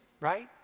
right